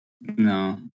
No